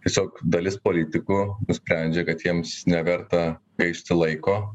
tiesiog dalis politikų nusprendžia kad jiems neverta gaišti laiko